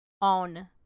on